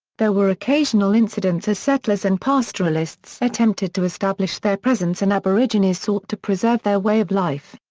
there were occasional incidents as settlers and pastoralists attempted to establish their presence and aborigines sought to preserve their way of life.